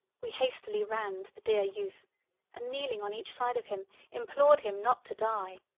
we hastily ran to the dear youth and kneeling on each side of him implored him not to die.